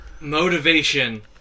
motivation